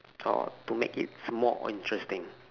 or to make its more interesting